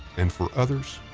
and for others,